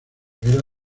ribera